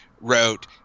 wrote